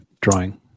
Drawing